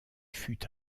fut